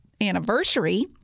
anniversary